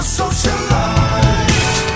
socialize